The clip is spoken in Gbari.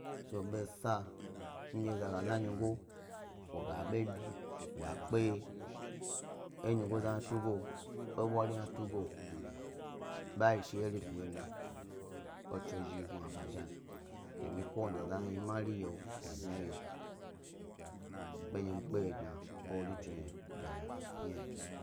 Misa ndye eza ga la nyigo wo ga ebebi, wa kpe ye enyigo za tugo, ebwari hna tugo ɓa fie, re dodo lo na, etso zhi gnuba zhi domin ko wanin zaza hne manyo, labniyiyo bandye mi kpeyi dna wori tso lo beyna.